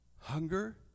hunger